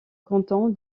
canton